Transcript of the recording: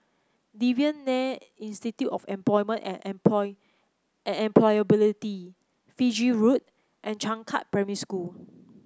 Devan Nair Institute of Employment and Employ Employability Fiji Road and Changkat Primary School